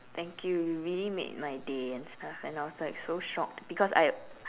thank you you really made my day and stuff and I was like so shocked because I